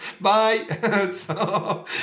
Bye